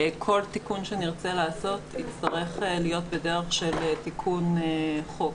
כל תיקון שנרצה לעשות יצטרך להיות בדרך של תיקון חוק.